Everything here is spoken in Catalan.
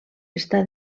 està